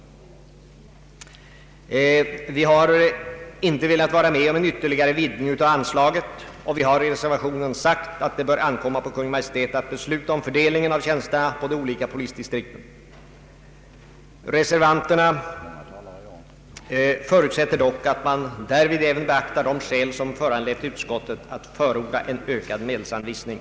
Vi har inte velat vara med om en ytterligare vidgning av anslaget, och vi har i reservationen sagt att det bör ankomma på Kungl. Maj:t att besluta om fördelningen av tjänsterna på de olika polisdistrikten. Reservanterna förutsätter dock att man därvid även beaktar de skäl som föranlett utskottet att förorda en ökad medelsanvisning.